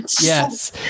Yes